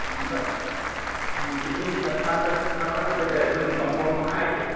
ꯎꯝ ꯎꯝ ꯏꯁꯤꯡꯁꯤꯅ ꯊꯜꯂꯛꯀꯗꯣꯔꯦ ꯑꯩꯈꯣꯏꯒꯤ ꯀꯝꯄꯥꯎꯟ ꯃꯈꯩꯁꯦ